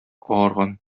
агарган